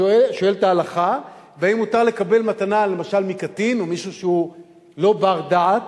שואלת ההלכה והאם מותר לקבל מתנה למשל מקטין או ממישהו שהוא לא בר-דעת?